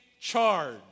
charge